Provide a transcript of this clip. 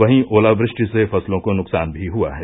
वहीं ओलावृष्टि से फसलों को नुकसान भी हुआ है